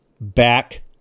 back